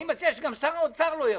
אני מציע שגם שר האוצר לא יבוא,